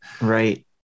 Right